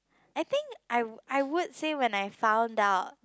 I think I wo~ I would say when I found out